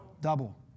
double